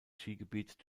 skigebiet